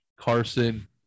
Carson